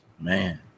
Man